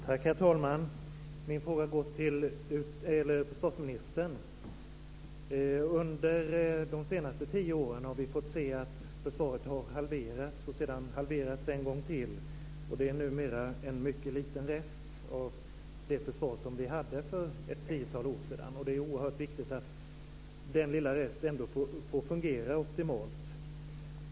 Herr talman! Min fråga riktas till försvarsministern. Under de senaste tio åren har vi fått se försvaret bli halverat och sedan halveras en gång till. Numera är det en mycket liten rest av det försvar som vi hade för ett tiotal år sedan. Det är oerhört viktigt att den lilla resten ändå får fungera optimalt.